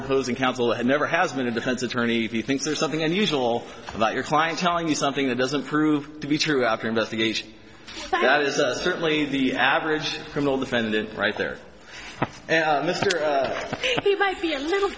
opposing counsel and never has been a defense attorney if you think there's something unusual about your client telling you something that doesn't prove to be true after investigation that is certainly the average criminal defendant right there and he might be a little